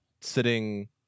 sitting